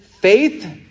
faith